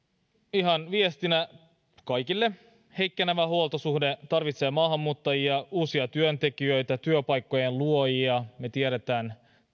ihan viestinä kaikille heikkenevä huoltosuhde tarvitsee maahanmuuttajia uusia työntekijöitä työpaikkojen luojia me tiedämme tämän